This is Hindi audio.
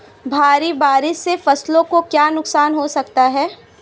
भारी बारिश से फसलों को क्या नुकसान हो सकता है?